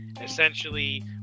Essentially